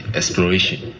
exploration